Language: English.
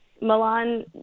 Milan